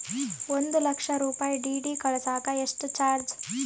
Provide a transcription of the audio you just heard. ಒಂದು ಲಕ್ಷ ರೂಪಾಯಿ ಡಿ.ಡಿ ಕಳಸಾಕ ಎಷ್ಟು ಚಾರ್ಜ್?